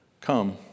come